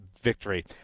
victory